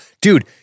dude